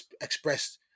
expressed